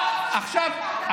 תחזור לאיפה שבאת.